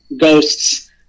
ghosts